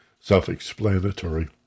self-explanatory